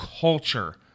culture